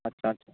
అచ్చ అచ్చ